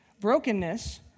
Brokenness